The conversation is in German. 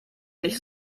nicht